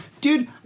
dude